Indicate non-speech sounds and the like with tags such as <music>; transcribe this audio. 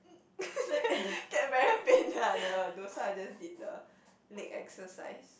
<laughs> get very pain then I never do so I just did the leg exercise